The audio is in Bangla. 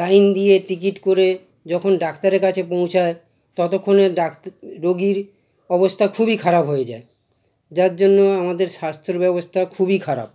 লাইন দিয়ে টিকিট করে যখন ডাক্তারের কাছে পৌঁছায় ততক্ষণে ডাক রোগীর অবস্থা খুবই খারাপ হয়ে যায় যার জন্য আমাদের স্বাস্থ্যর ব্যবস্থা খুবই খারাপ